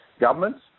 governments